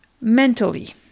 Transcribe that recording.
mentally